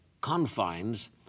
confines